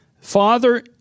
Father